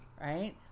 Right